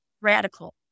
Radical